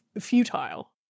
futile